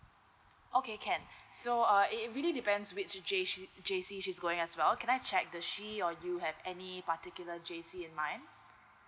okay can so uh it really depends which J_C J_C she's going as well can I check the she you have any particular J_C in mind